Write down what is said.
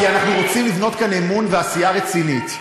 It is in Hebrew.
כי אנחנו רוצים לבנות כאן אמון ועשייה רצינית.